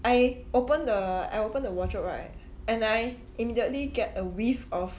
I open the I open the wardrobe right and I immediately get a whiff of